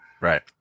Right